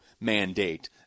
mandate